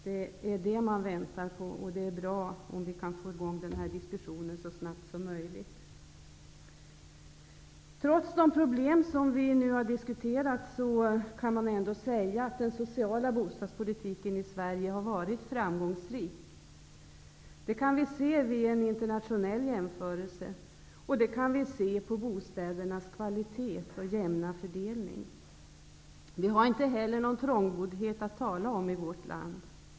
Det är det man väntar på, och det är bra om vi kan få i gång den här diskussionen så snabbt som möjligt. Trots de problem som vi nu har diskuterat kan man ändå säga att den sociala bostadspolitiken i Sverige har varit framgångsrik. Det kan vi se vid en internationell jämförelse. Det kan vi se på bostädernas kvalitet och jämna fördelning. Vi har inte heller någon trångboddhet att tala om i vårt land.